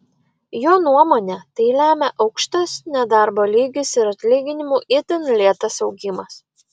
jo nuomone tai lemia aukštas nedarbo lygis ir atlyginimų itin lėtas augimas